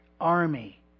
army